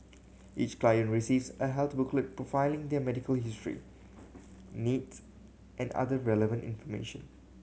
each client receives a health booklet profiling their medical history needs and other relevant information